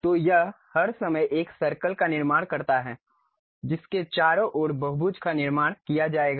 तो यह हर समय एक सर्कल का निर्माण करता है जिसके चारों ओर बहुभुज का निर्माण किया जाएगा